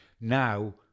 Now